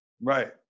Right